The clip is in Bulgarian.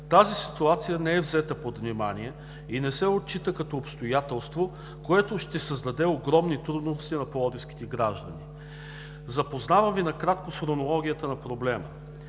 Тази ситуация не е взета под внимание и не се отчита като обстоятелство, което ще създаде огромни трудности на пловдивските граждани. Запознавам Ви накратко с хронологията на проблема.